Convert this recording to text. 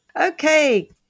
Okay